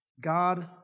God